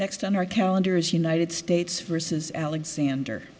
next on our calendar is united states versus alexander